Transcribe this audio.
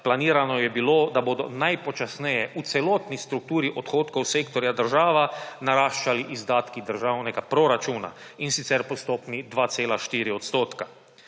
planirano je bilo, da bodo najpočasneje v celotni strukturi odhodkov sektorja država naraščali izdatki državnega proračuna, in sicer po stopnji 2,4 %.